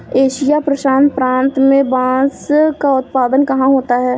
Asia प्रशांत प्रांत में बांस का उत्पादन कहाँ होता है?